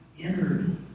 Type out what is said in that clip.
entered